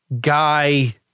guy